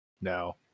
No